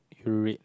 you read